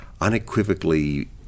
unequivocally